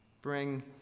Bring